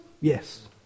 Yes